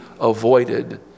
avoided